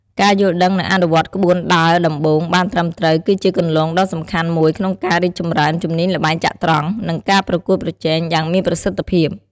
ការយល់ដឹង និងអនុវត្តក្បួនដើរដំបូងបានត្រឹមត្រូវ គឺជាគន្លងដ៏សំខាន់មួយក្នុងការរីកចម្រើនជំនាញល្បែងចត្រង្គ និងការប្រកួតប្រជែងយ៉ាងមានប្រសិទ្ធភាព។